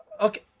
Okay